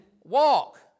walk